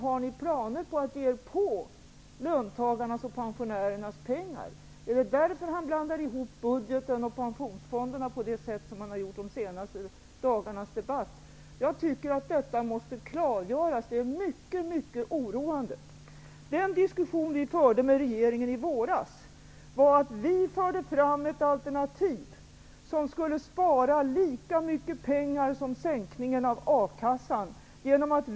Har ni planer på att ge er på löntagarnas och pensionärernas pengar? Är det därför han blandar ihop budgeten och pensionsfonderna på det sätt han har gjort i de senaste dagarnas debatt? Jag tycker att detta måste klargöras. Det är mycket oroande. I den diskussion vi förde med regeringen i våras förde vi fram ett alternativ som skulle spara lika mycket pengar som en sänkning av bidragen från akassan.